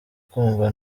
kumva